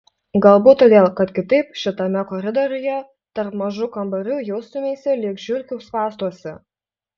galbūt todėl kad kitaip šitame koridoriuje tarp mažų kambarių jaustumeisi lyg žiurkių spąstuose